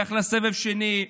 נלך לסבב שני.